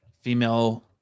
female